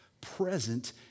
present